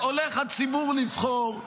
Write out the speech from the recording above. הולך הציבור לבחור,